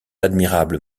admirables